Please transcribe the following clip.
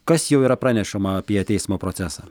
kas jau yra pranešama apie teismo procesą